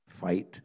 fight